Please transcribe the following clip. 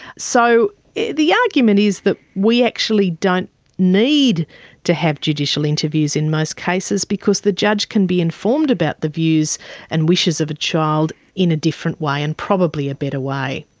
so the argument is that we actually don't need to have judicial interviews in most cases, because the judge can be informed about the views and wishes of a child in a different way and probably a better way.